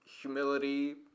humility